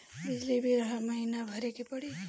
बिजली बिल हर महीना भरे के पड़ी?